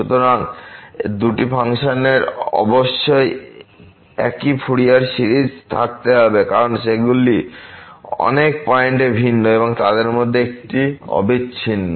সুতরাং দুটি ফাংশনের অবশ্যই একই ফুরিয়ার সিরিজ থাকতে হবে কারণ সেগুলি অনেক পয়েন্টে ভিন্ন এবং তাদের মধ্যে একটি অবিচ্ছিন্ন